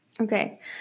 Okay